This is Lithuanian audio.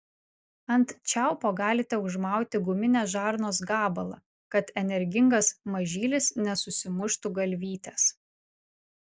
ant čiaupo galite užmauti guminės žarnos gabalą kad energingas mažylis nesusimuštų galvytės